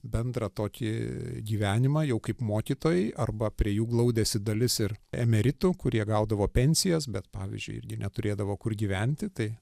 bendrą tokį gyvenimą jau kaip mokytojai arba prie jų glaudėsi dalis ir emeritų kurie gaudavo pensijas bet pavyzdžiui irgi neturėdavo kur gyventi tai